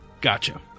Gotcha